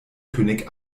könig